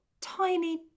tiny